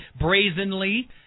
brazenly